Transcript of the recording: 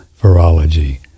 Virology